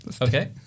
okay